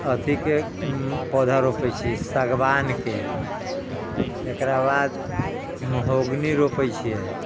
अथी के पौधा रोपै छियै सागवान के एकरा बाद मोहगनी रोपै छियै